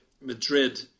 Madrid